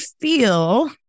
feel